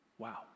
Wow